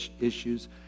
issues